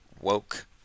woke